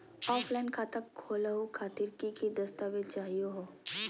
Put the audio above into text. Offline खाता खोलहु खातिर की की दस्तावेज चाहीयो हो?